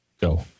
Go